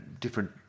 different